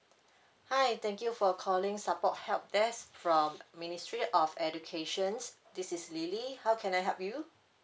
hi thank you for calling support help desk from ministry of education this is lily how can I help you